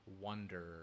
wonder